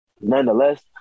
Nonetheless